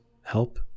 help